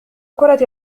كرة